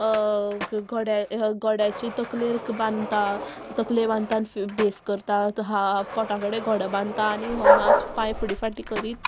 गोड्या गोड्याची तकलेर बांदता तकलेर बांदता आनी भेस करता हा पोटा कडेन घोडो बांदता आनी हो नाच पांय फुडें फाटीं करीत